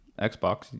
Xbox